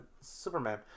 Superman